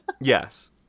Yes